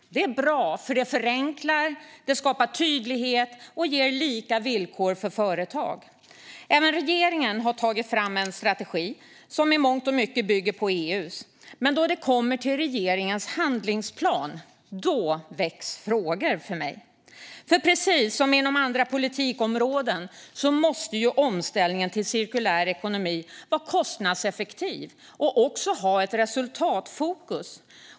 Det är bra, för det förenklar, skapar tydlighet och ger lika villkor för företag. Även regeringen har tagit fram en strategi som i mångt och mycket bygger på EU:s. Men då det kommer till regeringens handlingsplan väcks frågor hos mig. Precis som inom andra politikområden måste omställningen till en cirkulär ekonomi vara kostnadseffektiv och ha ett resultatfokus.